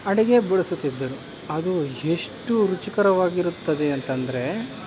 ಅಡುಗೆ ಬಡಿಸುತ್ತಿದ್ದರು ಅದು ಎಷ್ಟು ರುಚಿಕರವಾಗಿರುತ್ತದೆ ಅಂತಂದರೆ